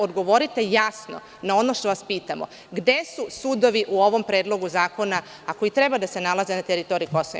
Odgovorite jasno na ono što vas pitamo – gde su sudovi u ovom predlogu zakona, a koji treba da se nalaze na teritoriji Kosova i Metohije?